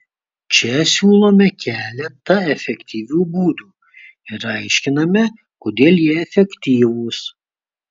čia siūlome keletą efektyvių būdų ir aiškiname kodėl jie efektyvūs